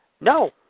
No